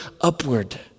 upward